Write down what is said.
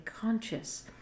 conscious